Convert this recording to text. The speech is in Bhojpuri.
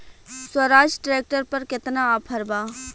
स्वराज ट्रैक्टर पर केतना ऑफर बा?